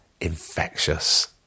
infectious